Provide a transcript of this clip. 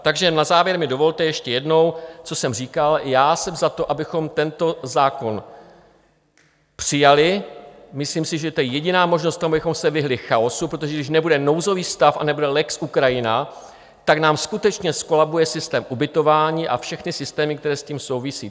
Takže na závěr mi dovolte ještě jednou, co jsem říkal: jsem za to, abychom tento zákon přijali, myslím si, že to je jediná možnost k tomu, abychom se vyhnuli chaosu, protože když nebude nouzový stav a nebude lex Ukrajina, tak nám skutečně zkolabuje systém ubytování a všechny systémy, které s tím souvisí.